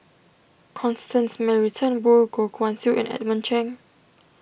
Constance Mary Turnbull Goh Guan Siew and Edmund Cheng